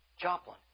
Joplin